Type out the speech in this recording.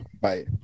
Bye